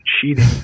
cheating